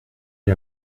est